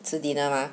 吃 dinner mah